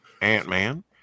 Ant-Man